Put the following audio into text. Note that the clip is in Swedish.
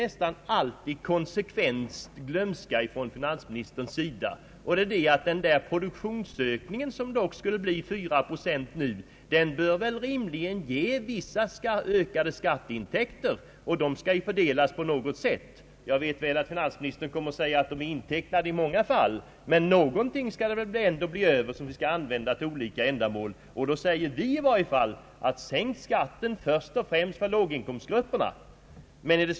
När denna fråga förs på tal, glömmer finansministern nästan alltid konsekvent bort att den produktionsökning som dock skulle kunna bli 4 procent rimligen bör kunna ge vissa ökade skatteintäkter, som skall fördelas på något sätt. Jag vet mycket väl att finansministern kommer att säga att dessa intäkter i många fall är intecknade, men någonting skall väl bli över som kan användas för olika ändamål. Då säger i varje fall vi: Sänk skatten först och främst för låginkomstgrupperna!